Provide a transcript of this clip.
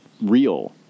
real